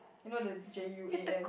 you know the J_U_A_N